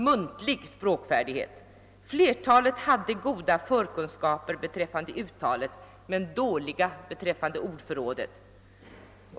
Muntlig språkfärdighet: Flertalet hade goda förkunskaper beträffande uttalet men dåliga beträffande ordförrådet.